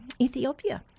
Ethiopia